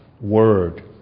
Word